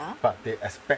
ya